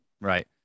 right